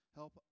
help